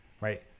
right